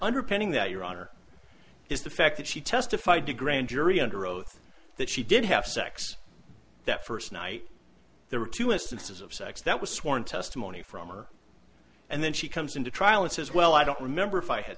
underpinning that your honor is the fact that she testified to grand jury under oath that she did have sex that first night there were two instances of sex that was sworn testimony from or and then she comes into trial and says well i don't remember if i had